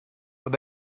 what